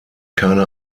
keine